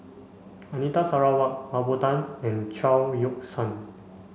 Anita Sarawak Mah Bow Tan and Chao Yoke San